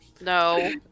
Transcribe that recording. No